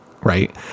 right